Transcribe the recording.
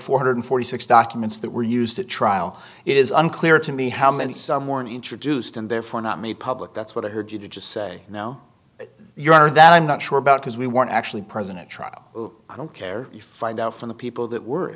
four hundred and forty six documents that were used at trial it is unclear to me how many someone introduced and therefore not made public that's what i heard you just say now your honor that i'm not sure about because we weren't actually present at trial i don't care you find out from the people that were